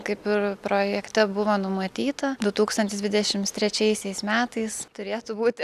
kaip ir projekte buvo numatyta du tūkstantis dvidešimt trečiaisiais metais turėtų būti